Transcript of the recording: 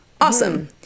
Awesome